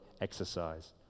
exercise